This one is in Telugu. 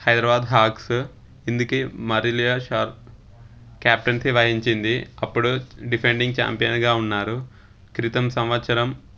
హైదరాబాద్ హాక్స్ ఇందికి మరీలియా షా క్యాప్టన్సీ వహించింది అప్పుడు డిఫెండింగ్ చాంపియన్గా ఉన్నారు క్రితం సంవత్సరం